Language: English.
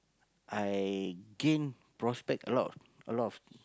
I gained prospect a lot of a lot of